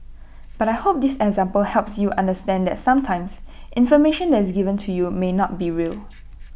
but I hope this example helps you understand that sometimes information that is given to you may not be real